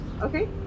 Okay